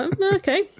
okay